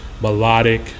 melodic